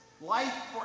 Life